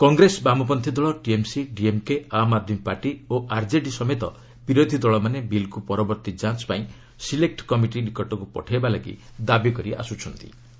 କଂଗ୍ରେସ ବାମପନ୍ଥୀ ଦଳ TMC DMK Aam Aadmi party ଓ ଆର୍ଜେଡି ସମେତ ବିରୋଧୀ ଦଳମାନେ ବିଲ୍କୁ ପରବର୍ତ୍ତୀ ଯାଞ୍ଚ ପାଇଁ ସିଲେକ୍ କମିଟି ପାଖକୁ ପଠାଇବା ଲାଗି ଦାବି କରିଆସ୍ଟ୍ରିଛନ୍ତି